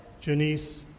Janice